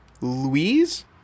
Louise